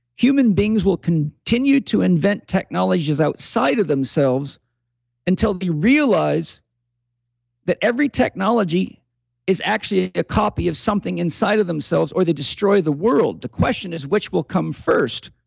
human beings will continue to invent technologies outside of themselves until they realize that every technology is actually a copy of something inside of themselves, or they destroy the world. the question is, which will come first?